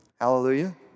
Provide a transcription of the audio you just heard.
hallelujah